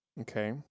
Okay